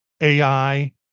AI